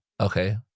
Okay